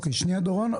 שנייה דורון.